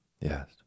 Yes